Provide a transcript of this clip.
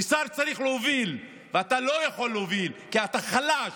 ושר צריך להוביל, ואתה לא יכול להוביל כי אתה חלש.